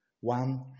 One